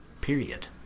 Period